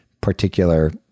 particular